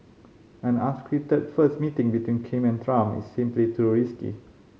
an unscripted first meeting between Kim and Trump is simply too risky